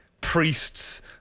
priests